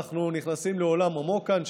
אנחנו נכנסים לעולם עמוק כאן,